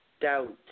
doubt